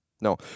No